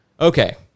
Okay